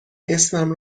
اسمم